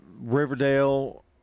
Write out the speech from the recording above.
Riverdale –